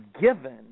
given